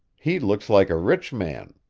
he looks like a rich man.